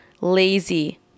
lazy